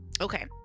Okay